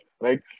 right